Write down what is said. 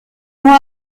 nur